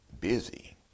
busy